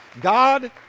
God